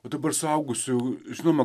o dabar suaugusių žinoma